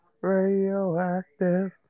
radioactive